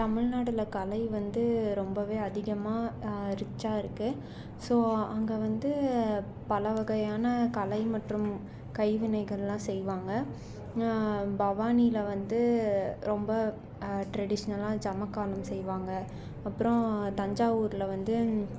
தமிழ்நாடுல கலை வந்து ரொம்பவே அதிகமாக ரிச்சாக இருக்குது ஸோ அங்கே வந்து பல வகையான கலை மற்றும் கைவினைகல்லாம் செய்வாங்க பவானியில வந்து ரொம்ப ட்ரெடிஷ்னலாக ஜமுக்காலம் செய்வாங்க அப்புறோம் தஞ்சாவூர்ல வந்து